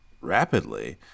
rapidly